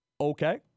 Okay